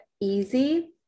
easy